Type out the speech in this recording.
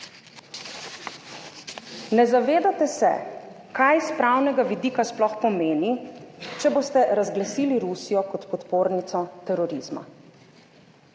Ne zavedate se kaj s pravnega vidika sploh pomeni, če boste razglasili Rusijo kot podpornico terorizma.